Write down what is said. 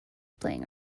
playing